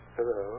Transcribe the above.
Hello